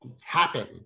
happen